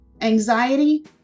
anxiety